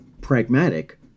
Pragmatic